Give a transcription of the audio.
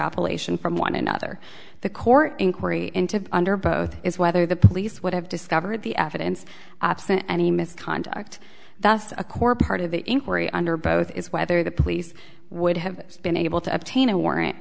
on from one another the court inquiry into under both is whether the police would have discovered the evidence absent any misconduct that's a core part of the inquiry under both is whether the police would have been able to obtain a warrant